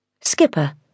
Skipper